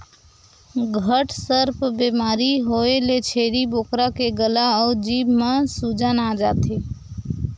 घटसर्प बेमारी होए ले छेरी बोकरा के गला अउ जीभ म सूजन आ जाथे